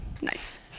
Nice